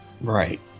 Right